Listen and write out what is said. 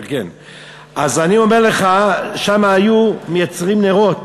אז אני אומר לך, שם היו מייצרים נרות